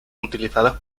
utilizadas